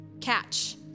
Catch